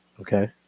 okay